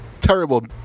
terrible